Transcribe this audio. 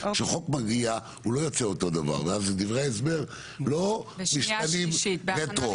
שחוק מגיע הוא לא יוצא אותו דבר ואז דברי ההסבר לא משתנים רטרו.